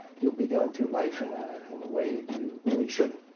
you'll be going through life in ah in a way that you really shouldn't.